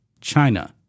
China